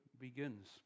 begins